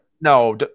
No